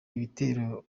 ibitego